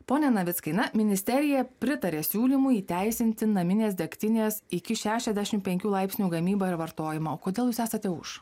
pone navickai na ministerija pritarė siūlymui įteisinti naminės degtinės iki šešiasdešim penkių laipsnių gamybą ir vartojimą o kodėl jūs esate už